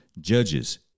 Judges